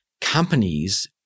companies